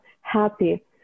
happy